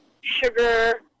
sugar